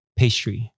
pastry